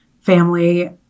family